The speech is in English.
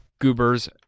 Goober's